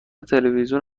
تلویزیون